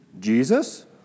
Jesus